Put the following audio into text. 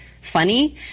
funny